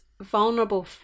vulnerable